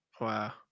Wow